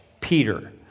Peter